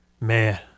Man